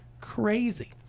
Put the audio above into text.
crazy